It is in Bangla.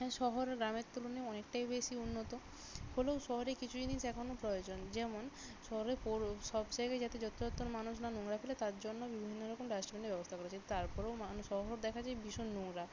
হ্যাঁ শহর গ্রামের তুলনায় অনেকটাই বেশি উন্নত হলেও শহরে কিছু জিনিস এখনও প্রয়োজন যেমন শহরে সব জায়গায় যাতে যত্রতত্র মানুষ না নোংরা ফেলে তার জন্য বিভিন্ন রকম ডাস্টবিনের ব্যবস্থা করেছে তার পরেও মানুষ শহর দেখা যায় ভীষণ নোংরা